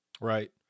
Right